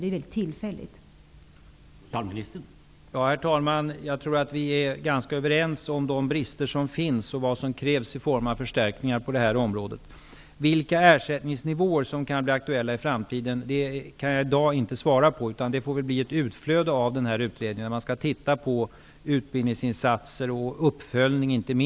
Det är mycket tillfälliga uppdrag.